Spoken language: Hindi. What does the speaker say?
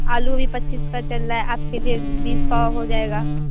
आलू भी पच्चीस का चल रहा है आपके लिए बीस का हो जाएगा